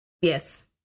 yes